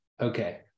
Okay